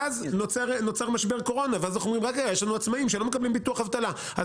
נוצר משבר הקורונה וראינו שיש עצמאים שלא מקבלים ביטוח אבטלה.